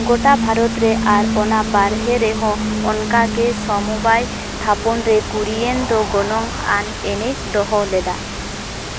ᱜᱚᱴᱟ ᱵᱷᱟᱨᱚᱛᱨᱮ ᱟᱨ ᱚᱱᱟ ᱵᱟᱨᱦᱮᱨᱮᱦᱚᱸ ᱚᱱᱠᱟᱜᱮ ᱥᱚᱢᱚᱵᱟᱭ ᱛᱷᱟᱯᱚᱱᱨᱮ ᱠᱩᱨᱤᱭᱮᱱ ᱫᱚ ᱜᱚᱱᱚᱝᱟᱱ ᱮᱱᱮᱡ ᱫᱚᱦᱚᱞᱮᱫᱟ